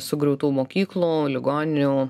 sugriautų mokyklų ligoninių